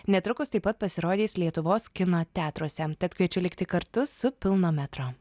netrukus taip pat pasirodys lietuvos kino teatruose tad kviečiu likti kartu su pilno metro